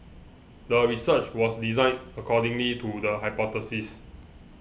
the research was designed according need to the hypothesis